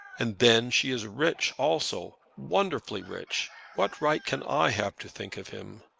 and then she is rich also wonderfully rich! what right can i have to think of him?